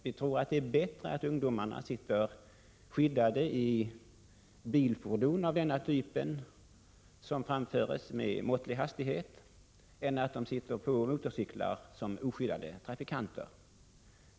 Vi tror att det är bättre att ungdomarna sitter skyddade i bilfordon av denna typ som framföres med måttlig hastighet än att de sitter på motorcyklar som oskyddade trafikanter.